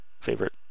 favorite